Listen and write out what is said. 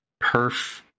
perf